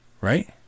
right